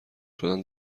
شدن